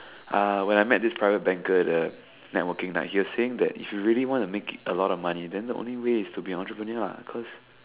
uh when I met this private banker at the networking night he was saying that if you really want to make a lot of money then the only way is to be entrepreneur [what] cause